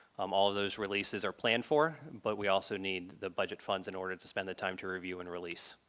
um all those releases are planned for but we also need the budget funds in order to spend the time to review and release.